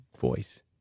voice